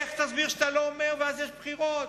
איך תסביר שאתה לא אומר, ואז יש בחירות?